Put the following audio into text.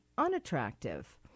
unattractive